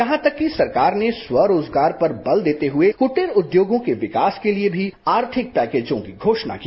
यहां तक की सरकार ने स्व रोजगार पर बल देते हैंए कृटीर उद्योगों के विकास के लिए आर्थिक पैकेजों की घोषणा की